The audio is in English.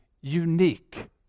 unique